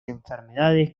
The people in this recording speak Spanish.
enfermedades